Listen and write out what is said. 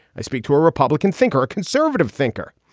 i speak to a republican thinker, a conservative thinker.